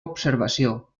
observació